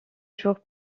jours